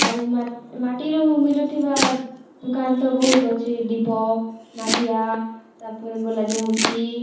ଆରୁ ମାଟିରୁ ମିଲୁଥିବା ଦୁକାନ୍ ତ ବହୁତ୍ ଅଛେ ଦୀପ ମାଠିଆ ତାପରେ ଗଲା ଯେ ମୁର୍ତ୍ତି